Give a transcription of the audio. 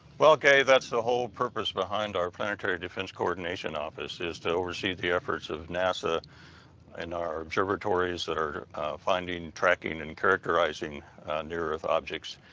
well gay, that's the whole purpose behind our planetary defense coordination office, is to oversee the efforts of nasa in our observatories that are finding, tracking, and characterizing near earth objects.